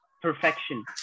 perfection